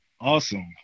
Awesome